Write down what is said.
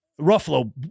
Ruffalo